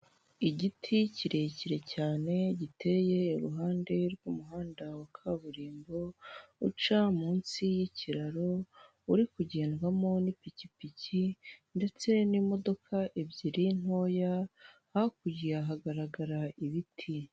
Igiti kirekire cyane giteye iruhande rw'umuhanda wa kaburimbo uca munsi y'ikiraro uri kugendwamo n'ipikipiki ndetse n'imodoka ebyiri ntoya hakurya hagaragara ibiti.